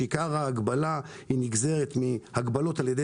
כאשר עיקר ההגבלה נגזרת מהגבלות על ידי